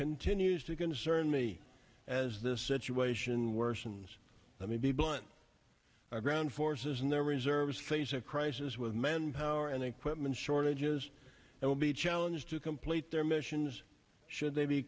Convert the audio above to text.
continues to concern me as this situation worsens i may be blunt our ground forces and their reserves face a crisis with manpower and equipment shortages that will be challenged to complete their missions should they be